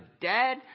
dead